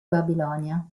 babilonia